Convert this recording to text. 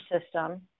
system